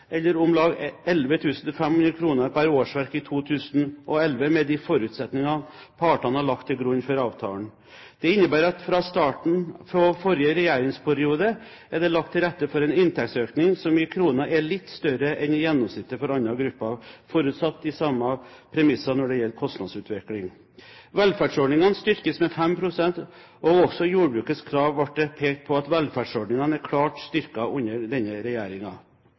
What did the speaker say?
eller om lag 11 500 kr per årsverk i 2011, med de forutsetningene partene har lagt til grunn for avtalen. Det innebærer at fra starten på forrige regjeringsperiode er det lagt til rette for en inntektsøkning som i kroner er litt større enn i gjennomsnitt for andre grupper, forutsatt de samme premisser når det gjelder kostnadsutvikling. Velferdsordningene styrkes med 5 pst., og også i jordbrukets krav ble det pekt på at velferdsordningene er klart styrket under denne